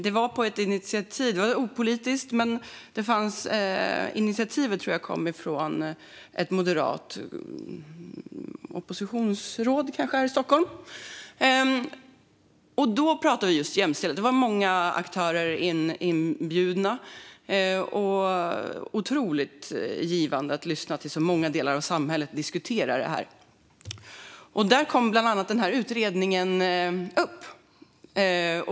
Det var ett opolitiskt arrangemang, men jag tror att initiativet kom från ett moderat oppositionsråd här i Stockholm. Där pratade vi om just jämställdhet. Många aktörer var inbjudna. Det var otroligt givande att lyssna till så många delar av samhället diskutera detta. Bland annat den här utredningen kom upp där.